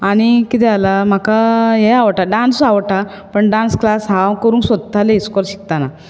आनी कितें जालां म्हाका हें आवडटा डांसूय आवडटा पण डांस क्लास हांव करूंक सोदतालें इस्कॉल शिकताना